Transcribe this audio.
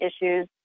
issues